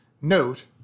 Note